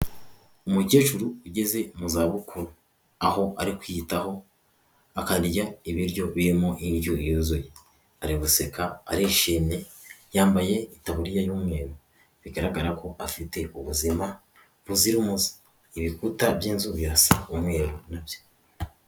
Umukecuru ugeze mu za bukuru, aho ari kwiyitaho akarya ibiryo birimo indyo yuzuye, ari guseka, arishimye, yambaye itaburiya y'umweru, bigaragara ko afite ubuzima buzira umuze. Ibikuta by'inzu birasa umweru na byo.